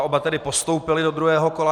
Oba tedy postoupili do druhého kola.